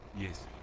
Yes